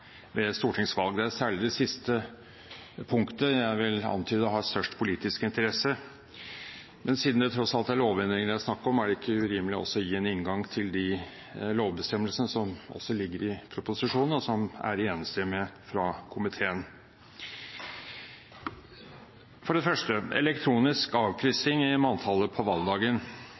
ved stortingsvalg. Det er særlig det siste punktet jeg vil antyde har størst politisk interesse, men siden det tross alt er lovendringer det er snakk om, er det ikke urimelig også å gi en inngang til de lovbestemmelsene som ligger i proposisjonen, og som er enstemmige fra komiteen. For det første: elektronisk avkryssing i manntallet på